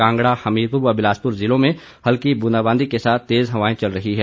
कांगड़ा हमीरपुर व बिलासपुर जिलों में हल्की बूंदाबांदी के साथ तेज हवाएं चल रही है